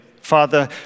Father